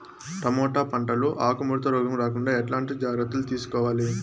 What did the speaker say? Tomato పంట లో ఆకు ముడత రోగం రాకుండా ఎట్లాంటి జాగ్రత్తలు తీసుకోవాలి?